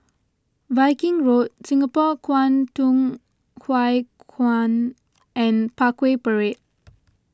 Viking Road Singapore Kwangtung Hui Kuan and Parkway Parade